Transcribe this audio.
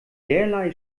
derlei